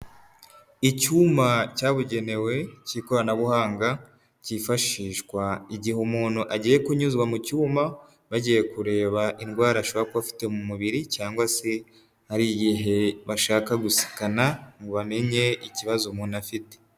Icyuma cyabugenewe cy'ikoranabuhanga, kifashishwa igihe umuntu agiye kunyuzwa mu cyuma, bagiye kureba indwara ashobora kuba afite mu mubiri, cyangwa se ari igihe bashaka gusikana, ngo bamenye ikibazo umuntu afite.